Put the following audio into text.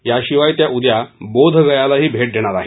याशिवाय त्या उद्या बोध गयालाही भेट देणार आहेत